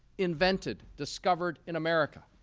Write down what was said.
invented, discovered in america.